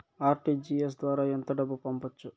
RTGS ద్వారా ఎంత డబ్బు పంపొచ్చు?